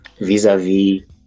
vis-a-vis